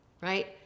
Right